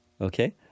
Okay